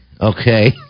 okay